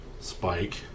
Spike